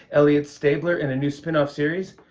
elliot stabler, in a new spin-off series.